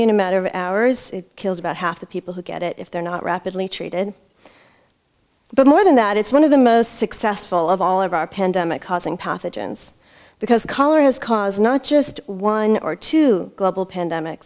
you in a matter of hours it kills about half the people who get it if they're not rapidly treated but more than that it's one of the most successful of all of our pandemic causing pathogens because cholera has caused not just one or two global pandemic